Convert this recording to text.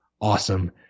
awesome